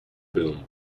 boom